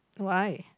why